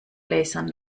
lasern